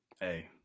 Hey